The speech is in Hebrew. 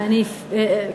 אדוני היושב-ראש,